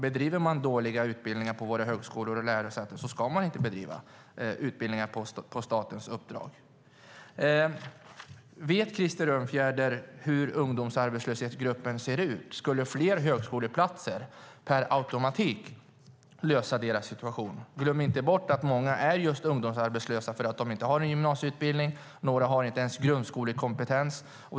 Bedriver man dåliga utbildningar på våra högskolor och lärosäten ska man inte bedriva utbildningar på statens uppdrag. Vet Krister Örnfjäder hur gruppen unga arbetslösa ser ut? Skulle fler högskoleplatser per automatik lösa deras situation? Glöm inte bort att många ungdomar är arbetslösa just för att de inte har en gymnasieutbildning. Några har inte ens grundskolekompetens.